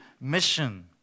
mission